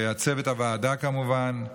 ולצוות הוועדה, כמובן.